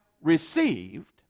received